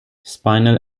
spinal